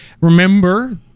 Remember